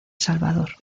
salvador